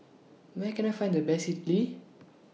Where Can I Find The Best Idili